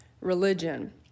religion